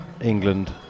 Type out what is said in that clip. England